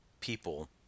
people